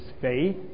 Faith